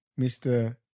Mr